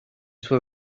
soit